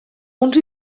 uns